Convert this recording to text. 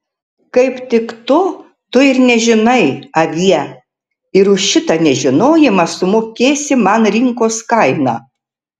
kaip tik to tu ir nežinai avie ir už šitą nežinojimą sumokėsi man rinkos kainą